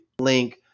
link